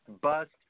bust